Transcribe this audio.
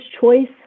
choice